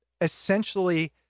essentially